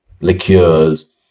liqueurs